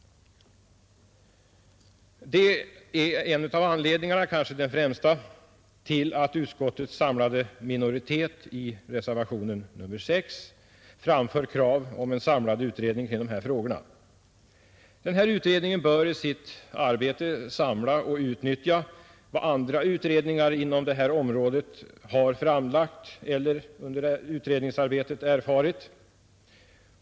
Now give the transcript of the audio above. Det är en av anledningarna, kanske den främsta, till att utskottets samlade minoritet i reservationen nr 6 framför krav om en samlad utredning kring dessa frågor. En sådan utredning bör i sitt arbete samla och utnyttja vad andra utredningar inom detta område har framlagt eller under utredningsarbetet erfarit.